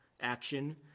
action